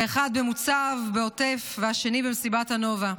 האחד במוצב בעוטף והשני במסיבת הנובה,